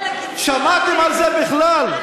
שמעתם על זה בכלל?